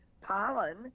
pollen